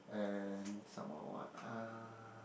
and some more what ah